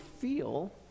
feel